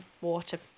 water